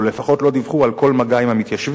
או לפחות לא דיווחו על כל מגע עם המתיישבים,